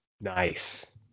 Nice